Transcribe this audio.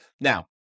Now